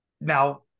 now